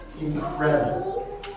incredible